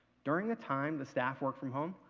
during the time the staff worked from home,